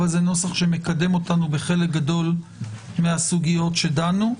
אבל זה נוסח שמקדם אותנו בחלק גדול מהסוגיות שדנו.